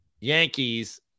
Yankees